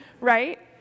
right